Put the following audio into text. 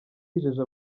yijeje